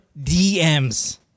DMs